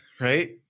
right